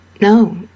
No